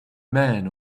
man